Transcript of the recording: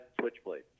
Switchblade